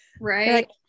right